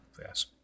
yes